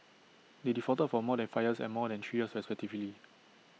they defaulted for more than five years and more than three years respectively